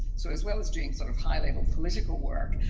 so as well as doing sort of high level political work,